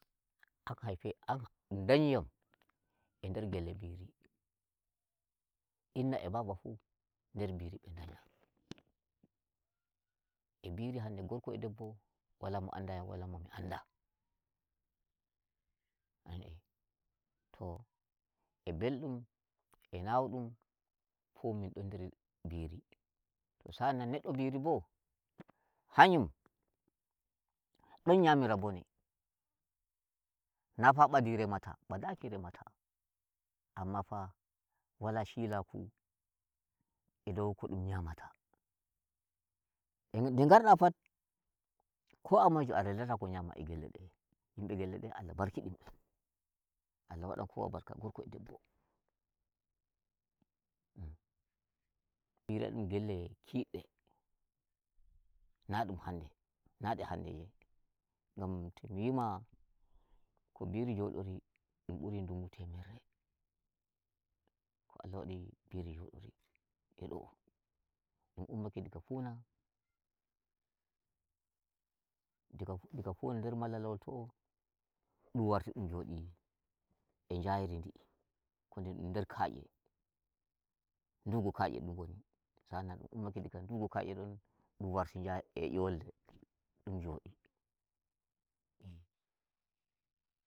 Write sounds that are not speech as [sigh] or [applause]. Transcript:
An haife an ndum ndayi yam e nder gelle biri, inna e baba fu e nder biri nbe ndaya. E biri hande e gorko e debbo wala mo anda yam wala mo mi anda. A nani eh to e beldum e naudum fu min don nder biri, to sa'an nan neddo biri bo hayum don nyamira bone, na fa badi remata badakj remata, amma fa wala shilaku e dou ko dan nyamata. En nde ngarda fat, ko a moyejo a rellata ko nyamata e gelle de. Yimbe gelle de Allah barkidini be Allah wadan kowa barka gorko e debbo [hesitation] dun gelle kidde na dum hande na nde handeje, ngam to mi yima ko biri jodori dun buri dungu temerre ko Allah wadi biri jodiri e do'o, dum ummake diga funa diga diga funa nder malalawol to'o dum warti dun jodi e njarendi, koden dum nder ka'ye, ndugu ka'ye dun woni, sa'an nan dum ummake diga ndugu ka'ye don dum warti ja'e yolnde dum jodi eh.